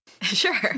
Sure